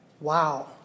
Wow